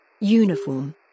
Uniform